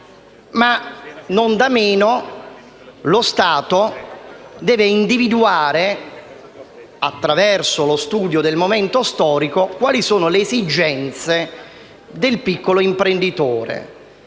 Non da meno, lo Stato deve individuare, attraverso lo studio del momento storico, le esigenze del piccolo imprenditore.